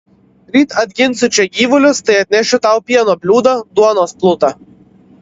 ryt atginsiu čia gyvulius tai atnešiu tau pieno bliūdą duonos plutą